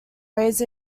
raised